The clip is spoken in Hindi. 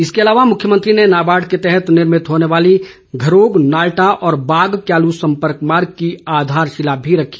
इसके अलावा मुख्यमंत्री ने नाबार्ड के तहत निर्भित होने वाले घरोग नालटा और बाग क्यालू सम्पर्क मार्ग की आधारशिला भी रखी